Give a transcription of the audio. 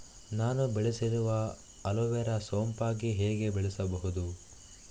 ನಾನು ಬೆಳೆಸಿರುವ ಅಲೋವೆರಾ ಸೋಂಪಾಗಿ ಹೇಗೆ ಬೆಳೆಸಬಹುದು?